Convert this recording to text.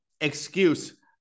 excuse